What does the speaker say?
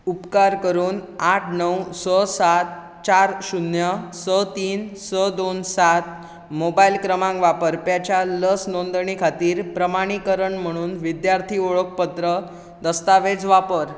उपकार करून आठ णव स सात चार शुन्य स तीन स दोन सात मोबायल क्रमांक वापरप्याच्या लस नोंदणी खातीर प्रमाणीकरण म्हुणून विद्यार्थी ओळखपत्र दस्तावेज वापर